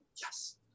Yes